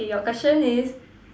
eh your question is